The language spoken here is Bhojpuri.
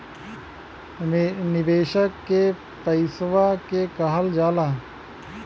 निवेशक के पइसवा के कहल जाला